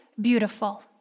beautiful